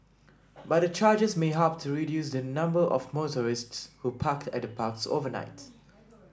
but the charges may help to reduce the number of motorists who park at the parks overnight